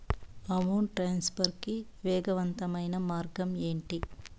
amount transfer కి వేగవంతమైన మార్గం ఏంటి